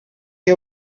que